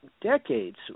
decades